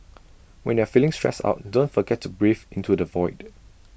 when you are feeling stressed out don't forget to breathe into the void